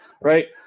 right